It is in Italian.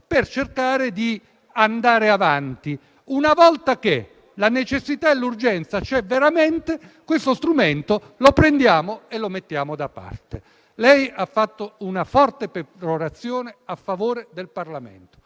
per cercare di andare avanti. E invece una volta che la necessità e l'urgenza ci sono veramente, questo strumento lo prendiamo e lo mettiamo da parte. Lei ha fatto una forte perorazione a favore del Parlamento;